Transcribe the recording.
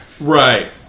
Right